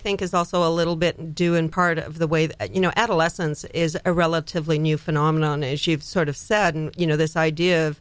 think is also a little bit due in part of the way that you know adolescence is a relatively new phenomenon as you've sort of said you know this idea of